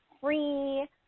free